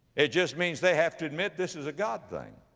it just means they have to admit this is a god thing.